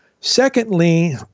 Secondly